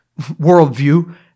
worldview